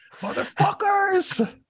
motherfuckers